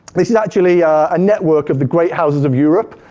this is actually a network of the great houses of europe.